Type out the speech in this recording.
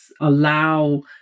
allow